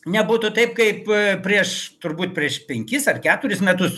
nebūtų taip kaip prieš turbūt prieš penkis ar keturis metus